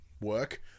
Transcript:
work